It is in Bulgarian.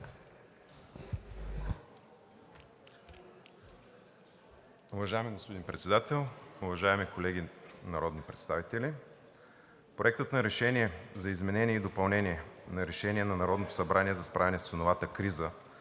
Уважаеми господин Председател, уважаеми колеги народни представители! Проектът на решение за изменение и допълнение на Решението на Народното събрание за справяне с ценовата криза